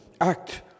act